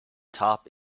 top